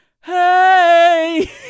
hey